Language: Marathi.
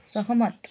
सहमत